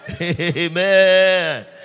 Amen